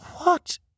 What